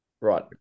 Right